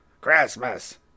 Christmas